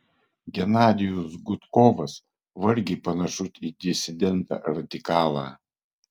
genadijus gudkovas vargiai panašus į disidentą radikalą